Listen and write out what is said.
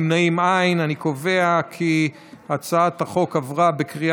אנשים עם עיוורון המלווים בכלבי נחייה